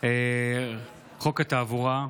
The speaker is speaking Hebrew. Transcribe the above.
חוק התעבורה,